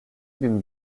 bin